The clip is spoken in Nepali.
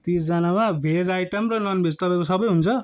तिसजनामा भेज आइटम र नन भेज तपाईँको सबै हुन्छ